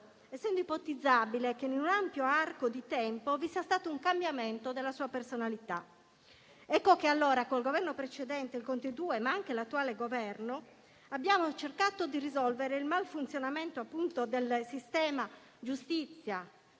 essendo ipotizzabile che, in un ampio arco di tempo, vi sia stato un cambiamento della sua personalità. Ecco allora che con il Governo precedente, il Conte II, ma anche con l'attuale abbiamo cercato di risolvere il malfunzionamento del sistema giustizia